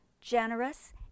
generous